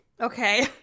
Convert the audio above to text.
Okay